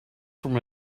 from